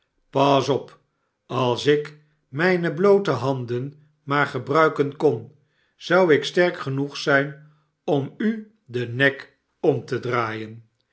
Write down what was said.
pas op als ik mijne bloote handen maar gebruiken kon zou ik sterk genoeg zijn om u den nek om te draaien